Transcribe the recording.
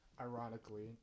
Ironically